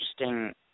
interesting